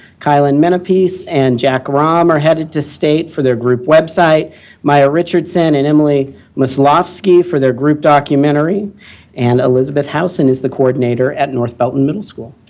kylen menapeace, and jack rom are headed to state for their group website maya richardson and emily muslovski for their group documentary and elizabeth housen is the coordinator at north belton middle school.